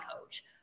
coach